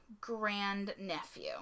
grandnephew